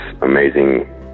amazing